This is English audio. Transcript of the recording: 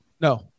No